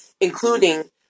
including